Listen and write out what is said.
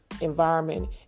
environment